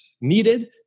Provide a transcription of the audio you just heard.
needed